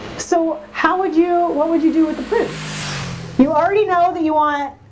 so, how would you what would you do with the prints you already know that you want